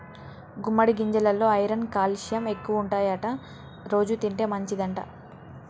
గుమ్మడి గింజెలల్లో iron calcium ఎక్కువుంటాయట రోజు తింటే మంచిదంట